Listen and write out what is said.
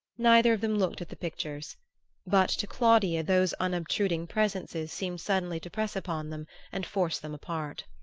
neither of them looked at the pictures but to claudia those unobtruding presences seemed suddenly to press upon them and force them apart.